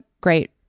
great